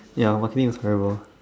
ya what thing is forever